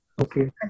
Okay